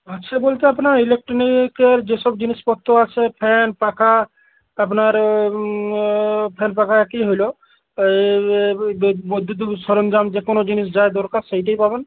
আছে বলতে আপনার ইলেকট্রনিকের যেসব জিনিসপত্ত আছে ফ্যান পাখা আপনার ফ্যান পাখা একই হইলো তা এই এ বে বৈদ্যুতিক সরঞ্জাম যে কোনো জিনিস যাই দরকার সেইটাই পাবেন